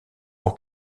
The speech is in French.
pour